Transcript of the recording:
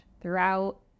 throughout